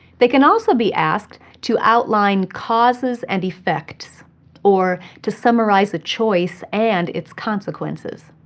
they can also be asked to outline causes and effects or to summarize a choice and its consequences.